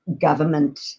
government